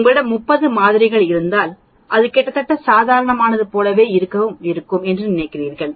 உங்களிடம் 30 மாதிரிகள் இருந்தால் அது கிட்டத்தட்ட சாதாரணமானது போலவே இருக்கும் என்று நினைக்கிறேன்